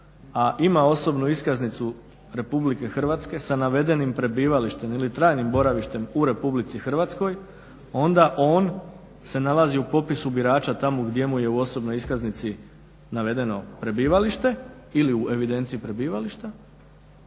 a ima osobnu iskaznicu RH sa navedenim prebivalištem ili trajnim boravištem u RH, onda on se nalazi u popisu birača tamo gdje mu je u osobnoj iskaznici navedeno prebivalište ili u evidenciji prebivališta